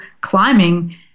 climbing